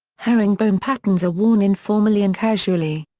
herringbone patterns are worn informally and casually.